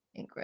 Ingrid